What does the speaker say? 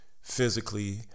physically